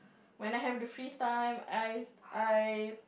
when I have the free time I I